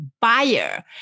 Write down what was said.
buyer